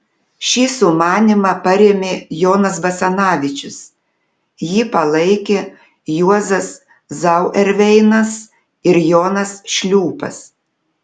šį sumanymą parėmė jonas basanavičius jį palaikė juozas zauerveinas ir jonas šliūpas